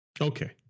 Okay